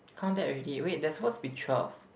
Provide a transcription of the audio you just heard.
count that already wait there is supposed to be twelve